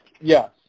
Yes